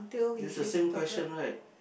is the same question right